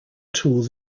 tools